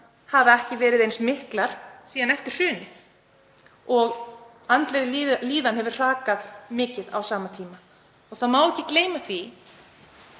hafa ekki verið eins miklar síðan eftir hrunið. Andlegri líðan hefur hrakað mikið á sama tíma. Það má ekki gleyma því